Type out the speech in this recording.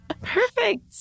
Perfect